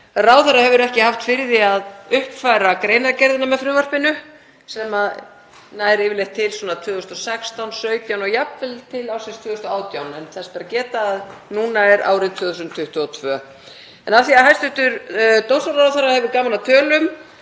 ráðherra hefur ekki haft fyrir því að uppfæra greinargerðina með frumvarpinu sem nær yfirleitt til 2016, 2017 og jafnvel til ársins 2018. En þess ber að geta að núna er árið 2022. En af því að hæstv. dómsmálaráðherra hefur gaman af tölum